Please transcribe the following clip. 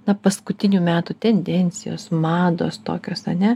na paskutinių metų tendencijos mados tokios ar ne